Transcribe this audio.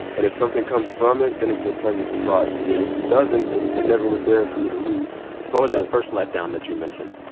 and if something comes from it, then it's a pleasant surprise to me. if it doesn't, it never was there for me to lose what was that first letdown that you mentioned?